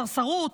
סרסרות,